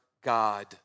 God